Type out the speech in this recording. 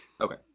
Okay